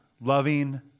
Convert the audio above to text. loving